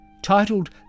Titled